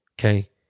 okay